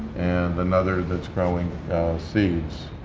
and another that's growing seeds.